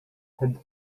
had